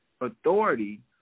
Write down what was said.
authority